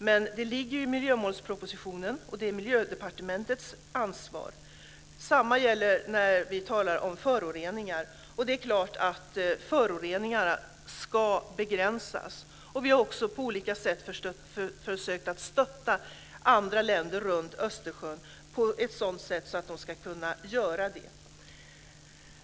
Men det ligger i miljömålspropositionen, och det är Miljödepartementets ansvar. Samma sak gäller när vi talar om föroreningar. Det är klart att föroreningarna ska begränsas. Vi har också på olika sätt försökt att stötta andra länder runt Östersjön på ett sådant sätt att de ska kunna göra det.